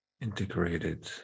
integrated